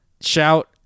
shout